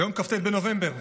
היום כ"ט בנובמבר,